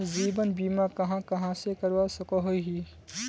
जीवन बीमा कहाँ कहाँ से करवा सकोहो ही?